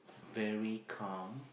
very calm